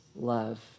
love